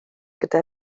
gyda